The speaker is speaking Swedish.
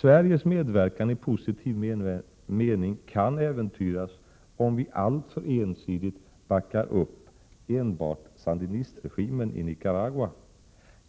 Sveriges medverkan i positiv mening kan äventyras om vi alltför ensidigt backar upp enbart sandinistregimen i Nicaragua.